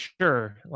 sure